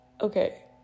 Okay